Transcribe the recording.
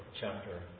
chapter